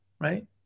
right